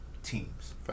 teams